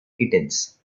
kittens